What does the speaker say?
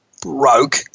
broke